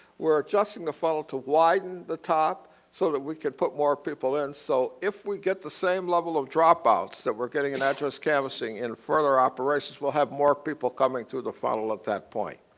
we're adjusting the funnel to widen the top so sort of we can put more people in so if we get the same level of dropouts that we're getting in address canvassing in further operations, we'll have more people coming to the funnel at that point.